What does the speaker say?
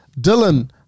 Dylan